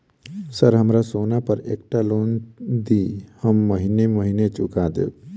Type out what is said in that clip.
Sir हमरा सोना पर एकटा लोन दिऽ हम महीने महीने चुका देब?